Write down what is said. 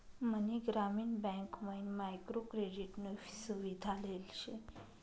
मनी ग्रामीण बँक मयीन micro credit नी सुविधा लेल शे